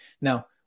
Now